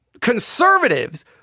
conservatives